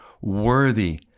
worthy